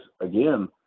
again